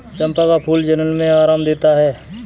चंपा का फूल जलन में आराम देता है